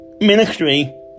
Ministry